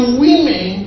women